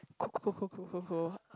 cool cool cool cool cool cool cool